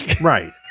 Right